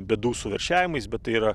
bėdų su veršiavimais bet tai yra